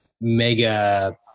mega